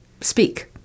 speak